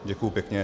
Děkuji pěkně.